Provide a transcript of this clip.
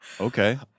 Okay